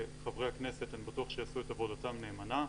וחברי הכנסת, אני בטוח שיעשו את עבודתם נאמנה.